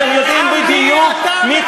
אתם יודעים בדיוק, על מי אתה מדבר?